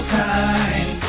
time